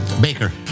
Baker